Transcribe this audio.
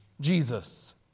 Jesus